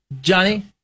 Johnny